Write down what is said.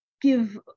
give